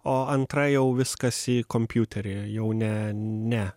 o antra jau viskas į kompiuterį jau ne ne